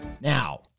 Now